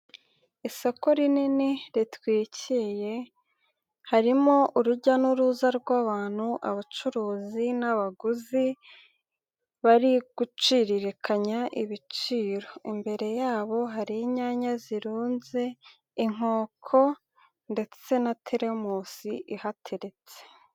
Isoko rinini ritwikiriye harimo urujya n'uruza rw'abantu, abacuruzi n'abaguzi bari guciririkanya ibiciro, imbere yabo hari inyanya zirunze, inkoko ndetse na terimusi ihateretse.